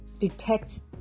detects